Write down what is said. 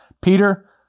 Peter